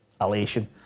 elation